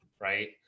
Right